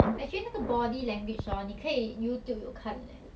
actually 那个 body language orh 你可以 youtube 有看 eh